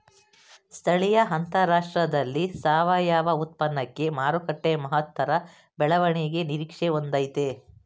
ಸ್ಥಳೀಯ ಅಂತಾರಾಷ್ಟ್ರದಲ್ಲಿ ಸಾವಯವ ಉತ್ಪನ್ನಕ್ಕೆ ಮಾರುಕಟ್ಟೆ ಮಹತ್ತರ ಬೆಳವಣಿಗೆ ನಿರೀಕ್ಷೆ ಹೊಂದಯ್ತೆ